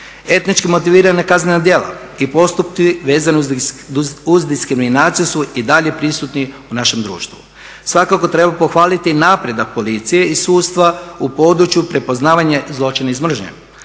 Etnički motivirana kaznena djela i postupci vezani uz diskriminaciju su i dalje prisutni u našem društvu. Svakako treba pohvaliti napredak policije i sudstva u području prepoznavanja zločina iz mržnje.